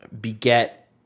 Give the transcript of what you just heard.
Beget